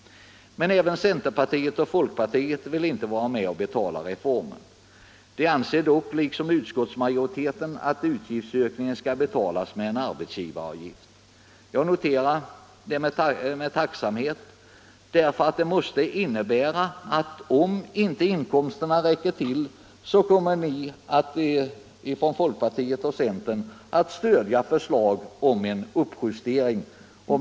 Men inte heller centerpartiet och folkpartiet vill vara med om att betala reformen. De anser dock liksom utskottsmajoriteten att utgiftsökningen skall bestridas med en arbetsgivaravgift. Jag noterar det med tacksamhet, därför att det måste innebära att om inte inkomsterna räcker till, så kommer centern och folkpartiet att stödja förslag om en uppjustering.